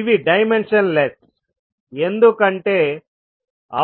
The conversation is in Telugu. ఇవి డైమెన్షన్ లెస్ ఎందుకంటే